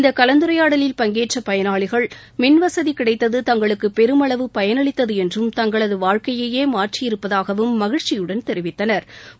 இந்த கலந்துரையாடலில் பங்கேற்ற பயனாளிகள் மின்வசதி கிடைத்தது தங்களுக்கு பெருமளவு பயனளித்தது என்றும் தங்களது வாழ்க்கையையே மாற்றியிருப்பதாகவும் மகிழ்ச்சியுடன் தெரிவித்தனா்